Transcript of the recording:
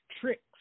tricks